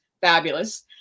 fabulous